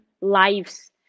lives